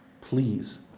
please